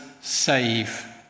save